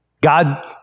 God